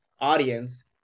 audience